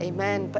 Amen